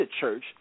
church